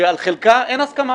שעל חלקה אין הסכמה,